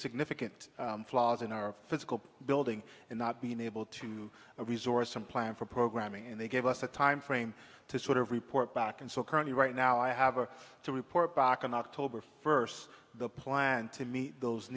significant flaws in our physical building and not being able to resource some plan for programming and they gave us a time frame to sort of report back and so currently right now i have to report back on october first the plan to meet those